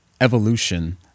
evolution